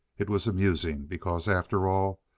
it was amusing, because, after all,